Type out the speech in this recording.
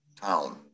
town